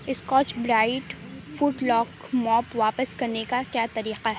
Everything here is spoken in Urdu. سکاچ برائٹ فوٹلاک ماپ واپس کرنے کا کیا طریقہ ہے